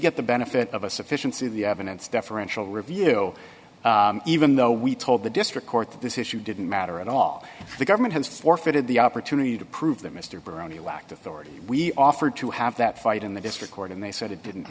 get the benefit of a sufficiency of the evidence deferential review even though we told the district court that this issue didn't matter at all the government has forfeited the opera to prove that mr brown he lacked authority we offered to have that fight in the district court and they said it didn't